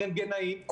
רנטגנאים,